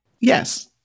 Yes